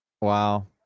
Wow